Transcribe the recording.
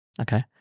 Okay